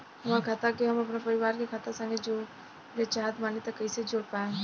हमार खाता के हम अपना परिवार के खाता संगे जोड़े चाहत बानी त कईसे जोड़ पाएम?